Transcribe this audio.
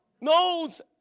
knows